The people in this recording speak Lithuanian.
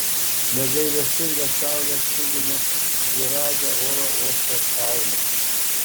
negailestinga saulė spigino dviragę oro uosto fauną